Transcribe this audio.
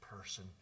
person